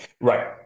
Right